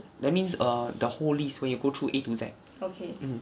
that means err the whole list when you go through A to Z mm